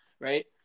right